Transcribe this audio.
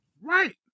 Right